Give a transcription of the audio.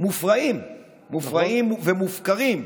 מופרעים ומופקרים.